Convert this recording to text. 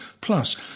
plus